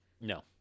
No